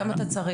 כמה אתה צריך?